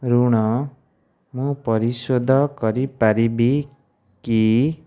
ଋଣ ମୁଁ ପରିଶୋଧ କରିପାରିବି କି